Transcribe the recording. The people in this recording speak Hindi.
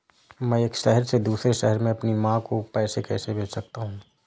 मैं एक शहर से दूसरे शहर में अपनी माँ को पैसे कैसे भेज सकता हूँ?